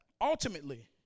ultimately